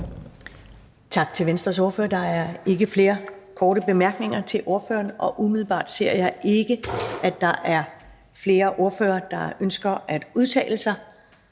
Tak til Venstres ordfører. Der er ikke flere korte bemærkninger til ordføreren. Umiddelbart ser jeg ikke, at der er flere ordførere, der ønsker at udtale sig.